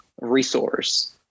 resource